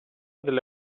delle